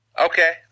Okay